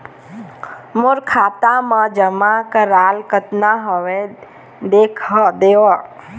मोर खाता मा जमा कराल कतना हवे देख देव?